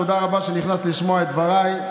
תודה רבה שנכנסת לשמוע את דבריי.